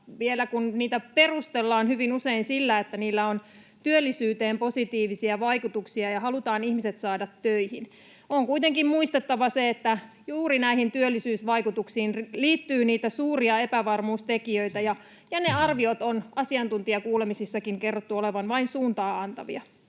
kun niitä perustellaan hyvin usein sillä, että niillä on työllisyyteen positiivisia vaikutuksia ja halutaan ihmiset saada töihin, niin on kuitenkin muistettava se, että juuri näihin työllisyysvaikutuksiin liittyy niitä suuria epävarmuustekijöitä ja niiden arvioiden on asiantuntijakuulemisissakin kerrottu olevan vain suuntaa antavia.